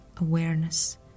awareness